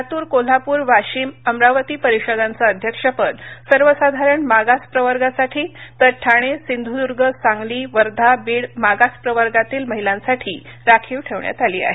लातूर कोल्हापूर वाशीम अमरावती परिषदांचं अध्यक्षपद सर्वसाधारण मागास प्रवर्गासाठी तर ठाणे सिंधुर्द्ग सांगली वर्धा बीड मागास प्रवर्गातील महिलांसाठी राखीव ठेवण्यात आली आहेत